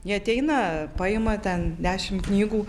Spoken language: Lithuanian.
jie ateina paima ten dešim knygų